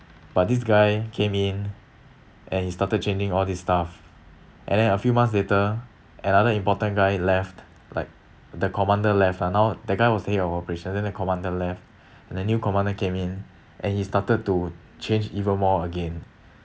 but this guy came in and he started changing all this stuff and then a few months later another important guy left like the commander left ah now that guy was the head of operation then the commander left and the new commander came in and he started to change even more again